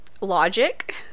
logic